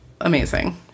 amazing